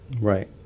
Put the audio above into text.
Right